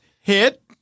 Hit